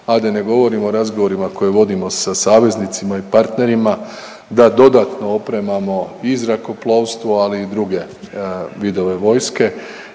a da ne govorim o razgovorima koje vodimo sa saveznicima i partnerima da dodatno opremamo i zrakoplovstvo ali i druge vidove vojske.